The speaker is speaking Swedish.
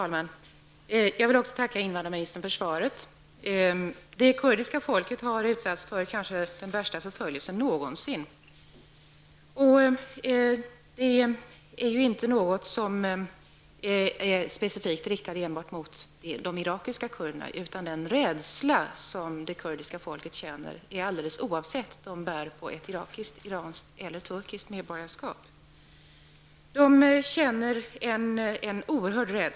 Herr talman! Också jag tackar invandrarministern för svaret. Det kurdiska folket har utsatts för kanske den värsta förföljelsen någonsin. Förföljelsen är inte specifikt riktad enbart mot de irakiska kurderna. Den rädsla som kurderna känner, känner de oavsett om de bär på ett irakiskt, iranskt eller ett turkiskt medborgarskap. Kurdernas rädsla är oerhörd.